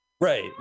Right